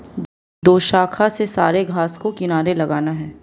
दोशाखा से सारे घास को किनारे लगाना है